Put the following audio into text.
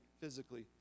physically